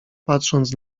patrząc